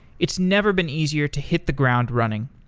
it's never been easier to hit the ground running.